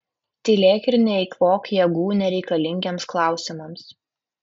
tylėk ir neeikvok jėgų nereikalingiems klausimams